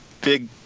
big